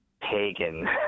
pagan